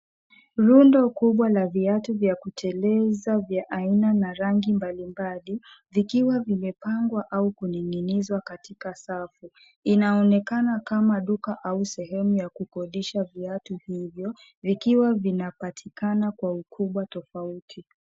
Rundo kubwa la viatu vya kuteleza vya aina na rangi mbalimbali vikiwa vimepangwa au kuning'inizwa katika safu. Inaonekana kama duka au sehemu ya kukodisha viatu hivyo, vikiwa vinapatikana kwa ukubwa tofauti.